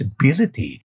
visibility